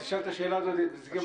תשאל את השאלה הזאת את נציג המשטרה.